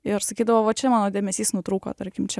ir sakydavo va čia mano dėmesys nutrūko tarkim čia